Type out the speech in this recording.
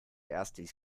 erstis